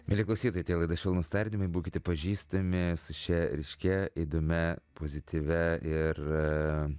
mieli klausytojai tai laida švelnūs tardymai būkite pažįstami su šia ryškia įdomia pozityvia ir